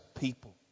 people